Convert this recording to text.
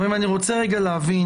אדוני היושב-ראש,